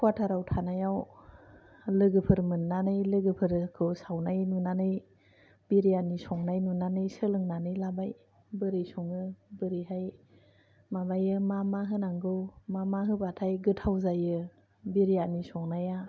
क्वाटाराव थानायाव लोगोफोर मोननानै लोगोफोरखौ सावनाय नुनानै बिरियानि संनाय नुनानै सोलोंनानै लाबाय बोरै सङो बोरैहाय माबायो मा मा होनांगौ मा मा होयोबोला गोथाव जायो बिरियानि संनाया